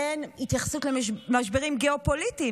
אין התייחסות למשברים גיאופוליטיים,